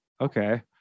okay